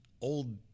old